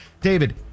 David